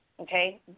Okay